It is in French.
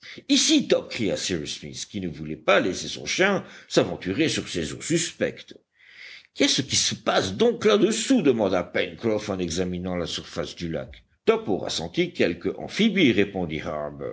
smith qui ne voulait pas laisser son chien s'aventurer sur ces eaux suspectes qu'est-ce qui se passe donc là-dessous demanda pencroff en examinant la surface du lac top aura senti quelque amphibie répondit